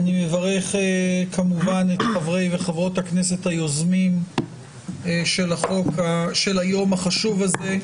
אני מברך כמובן את חברי וחברות הכנסת היוזמים של היום החשוב הזה,